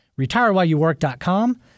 retirewhileyouwork.com